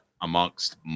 amongst